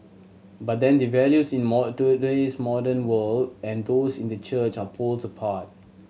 but then the values in modern world and those in the church are poles apart